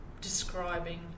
describing